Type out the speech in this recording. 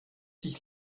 sich